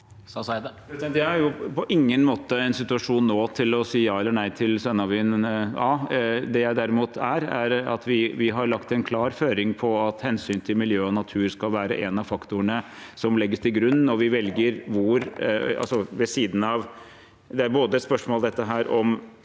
Jeg er på in- gen måte i en situasjon nå til å si ja eller nei til Sønnavind A. Det jeg derimot kan si, er at vi har lagt en klar føring på at hensyn til miljø og natur skal være en av faktorene som legges til grunn når vi velger områder.